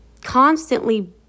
constantly